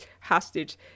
hostage